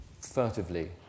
furtively